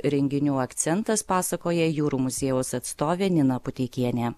renginių akcentas pasakoja jūrų muziejaus atstovė nina puteikienė